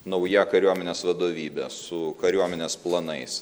nauja kariuomenės vadovybe su kariuomenės planais